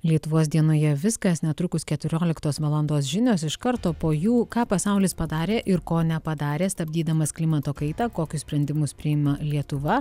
lietuvos dienoje viskas netrukus keturioliktos valandos žinios iš karto po jų ką pasaulis padarė ir ko nepadarė stabdydamas klimato kaitą kokius sprendimus priima lietuva